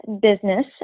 business